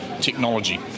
technology